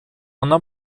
она